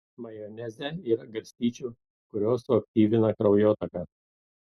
majoneze yra garstyčių kurios suaktyvina kraujotaką